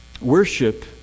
Worship